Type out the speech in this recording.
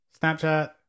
Snapchat